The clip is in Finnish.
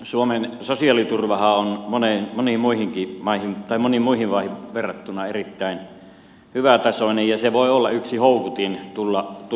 suomen sosiaaliturvahan on moneen moniin muihinkin maihin tai moniin muihin maihin verrattuna erittäin hyvätasoinen ja se voi olla yksi houkutin tulla suomeen